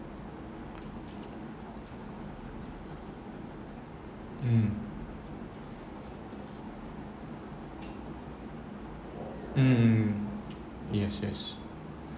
mm mm yes yes